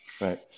Right